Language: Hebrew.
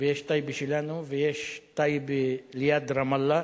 ויש טייבה שלנו, ויש טייבה ליד רמאללה,